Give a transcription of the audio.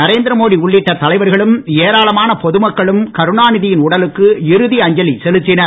நரேந்திர மோடி உள்ளிட்ட தலைவர்களும் ஏராளமான பொதுமக்களும் கருணாநிதியின் உடலுக்கு இறுதி அஞ்சலி செலுத்தினர்